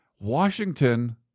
Washington